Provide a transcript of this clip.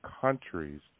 countries